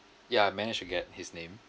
ya I managed to get his name